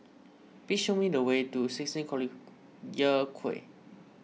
please show me the way to sixteen Collyer Quay